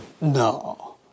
no